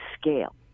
scale